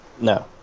No